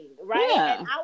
right